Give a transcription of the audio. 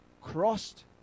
crossed